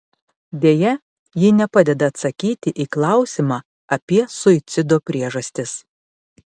deja ji nepadeda atsakyti į klausimą apie suicido priežastis